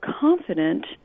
confident